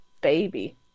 baby